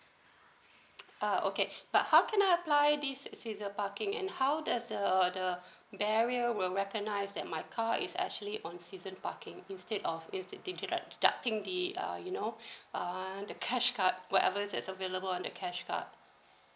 uh okay but how can I apply this season parking and how does the the barrier will recognise that my car is actually on season parking instead of it's deduct deducting uh you know uh the cash card whatever is is available on the cash card